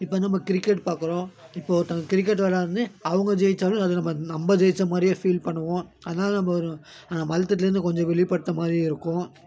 இப்போ நம்ம கிரிக்கெட் பார்க்குறோம் இப்போ ஒருத்தவங்க கிரிக்கெட் வெளாடுண்னு அவங்க ஜெயிச்சாலும் அது நம்ம நம்ப ஜெயிச்ச மாதிரியே ஃபீல் பண்ணுவோம் அதனால் நம்ப ஒரு மன அழுத்தத்துலந்து கொஞ்சம் வெளிப்பட்ட மாதிரியும் இருக்கும்